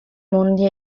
mondi